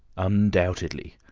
undoubtedly.